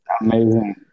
Amazing